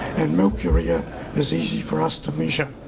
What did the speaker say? and milk urea is easy for us to measure.